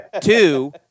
Two